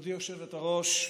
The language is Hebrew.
גברתי היושבת-ראש,